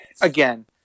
again